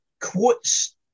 quotes